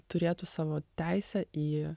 turėtų savo teisę į